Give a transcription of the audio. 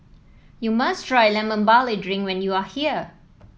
you must try Lemon Barley Drink when you are here